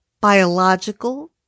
biological